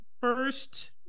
first